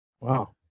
Wow